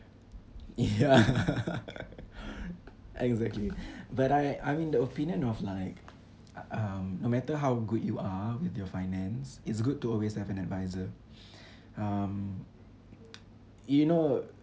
ya exactly but I I mean the opinion of like no matter um how good you are with your finance it's good to always to have an advisor um you know